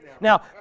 Now